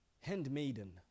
handmaiden